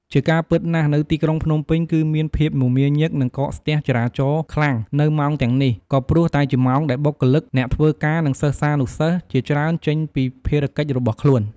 ជាការពិតណាស់ នៅទីក្រុងភ្នំពេញគឺមានភាពមមាញឹកនិងកកស្ទះចរាចរណ៍ខ្លាំងនៅម៉ោងទាំងនេះ ក៏ព្រោះតែជាម៉ោងដែលបុគ្កលិក អ្នកធ្វើការនិងសិស្សានុសិស្សជាច្រើនចេញពីភារកិច្ចរបស់ខ្លួន។